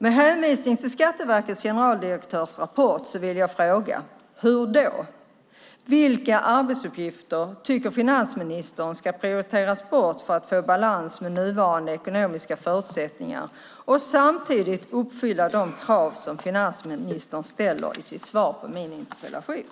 Med hänvisning till Skatteverkets generaldirektörs rapport vill jag fråga: Hur då? Vilka arbetsuppgifter tycker finansministern ska prioriteras bort för att få balans med nuvarande ekonomiska förutsättningar och samtidigt uppfylla de krav som finansministern räknar upp i sitt svar på min interpellation?